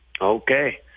Okay